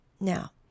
Now